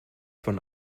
von